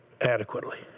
adequately